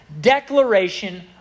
declaration